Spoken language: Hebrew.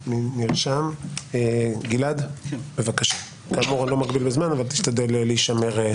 כאמור, אני לא מגביל בזמן אבל תשתדל להיות ענייני.